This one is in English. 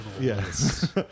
Yes